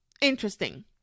interesting